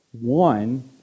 One